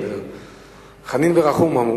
3618, 3624, 3638, 3650 ו-3659.